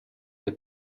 che